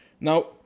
Now